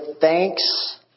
thanks